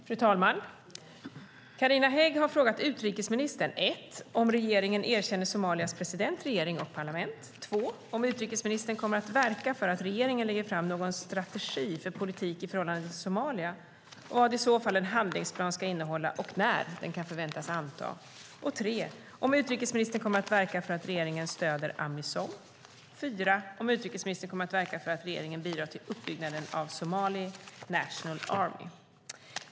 Fru talman! Carina Hägg har frågat utrikesministern om regeringen erkänner Somalias president, regering och parlament, om utrikesministern kommer att verka för att regeringen lägger fram någon strategi för politik i förhållande till Somalia och vad i så fall en handlingsplan ska innehålla och när den kan förväntas antas, om utrikesministern kommer att verka för att regeringen stöder Amisom och om utrikesministern kommer att verka för att regeringen bidrar till uppbyggnaden av Somali National Army.